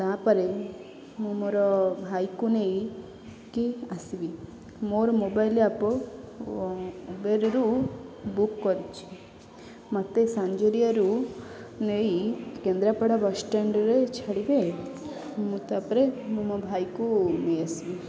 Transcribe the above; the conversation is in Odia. ତା'ପରେ ମୁଁ ମୋର ଭାଇକୁ ନେଇକି ଆସିବି ମୋର ମୋବାଇଲ୍ ଆପ୍ ଉବେରରୁ ବୁକ୍ କରିଛି ମୋତେ ସାଞ୍ଜରିଆରୁ ନେଇ କେନ୍ଦ୍ରାପଡ଼ା ବସ୍ ଷ୍ଟାଣ୍ଡରେ ଛାଡ଼ିବେ ମୁଁ ତା'ପରେ ମୁଁ ମୋ ଭାଇକୁ ନେଇ ଆସିବି